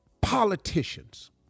politicians